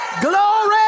Glory